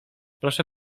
proszę